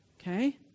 Okay